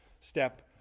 step